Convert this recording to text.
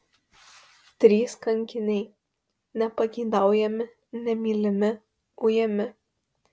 trys kankiniai nepageidaujami nemylimi ujami